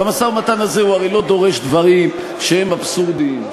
במשא-ומתן הזה הוא הרי לא דורש דברים שהם אבסורדיים,